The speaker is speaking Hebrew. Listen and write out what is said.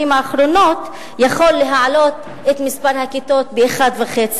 האחרונות יכול להעלות את מספר הכיתות פי-1.5.